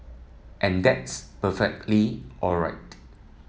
and that's perfectly all right